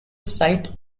site